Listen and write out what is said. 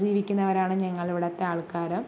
ജീവിക്കുന്നവരാണ് ഞങ്ങളിവിടത്തെ ആൾക്കാര്